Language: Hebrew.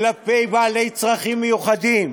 כלפי בעלי צרכים מיוחדים.